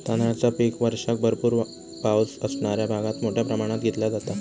तांदळाचा पीक वर्षाक भरपूर पावस असणाऱ्या भागात मोठ्या प्रमाणात घेतला जाता